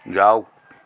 যাওক